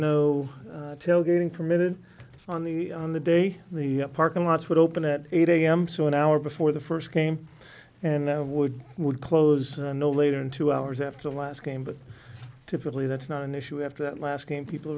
tailgating permitted on the on the day the parking lots would open at eight am so an hour before the first game and i would would close no later than two hours after the last game but typically that's not an issue after that last game people